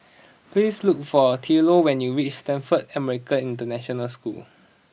please look for Thurlow when you reach Stamford American International School